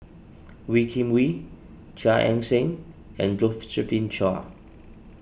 Wee Kim Wee Chia Ann Siang and Josephine Chia